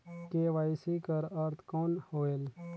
KYC कर अर्थ कौन होएल?